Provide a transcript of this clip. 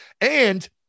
And-